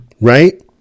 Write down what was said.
Right